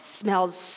smells